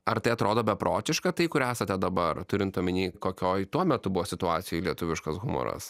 ar tai atrodo beprotiška tai kur esate dabar turint omeny kokioj tuo metu buvo situacijoj lietuviškas humoras